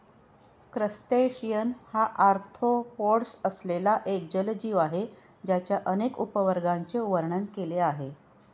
crustacean हा arthropods असलेला एक जलजीव आहे ज्याच्या अनेक उपवर्गांचे वर्णन केले आहे